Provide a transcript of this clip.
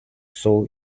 saw